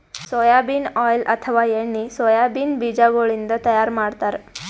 soybean oil ಅಥವಾ ಎಣ್ಣಿ soybean ಬಿಜಾಗೋಳಿನ್ದ ತೈಯಾರ್ ಮಾಡ್ತಾರ್